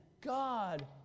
God